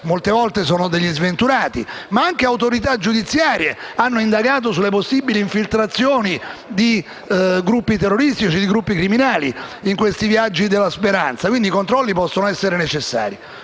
Molte volte si tratta di sventurati, ma anche autorità giudiziarie hanno indagato sulle possibili infiltrazioni di gruppi terroristici e criminali in questi viaggi della speranza. Quindi, i controlli possono essere necessari.